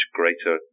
greater